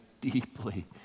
deeply